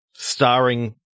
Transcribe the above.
Starring